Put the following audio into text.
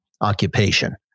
occupation